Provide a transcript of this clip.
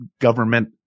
government